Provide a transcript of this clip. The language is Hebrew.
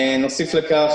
נוסיף לכך